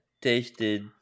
tasted